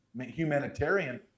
humanitarian